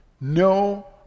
No